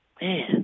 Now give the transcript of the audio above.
Man